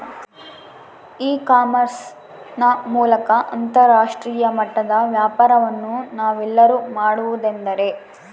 E commerce ನ ಮೂಲಕ ಅಂತರಾಷ್ಟ್ರೇಯ ಮಟ್ಟದ ವ್ಯಾಪಾರವನ್ನು ನಾವೆಲ್ಲರೂ ಮಾಡುವುದೆಂದರೆ?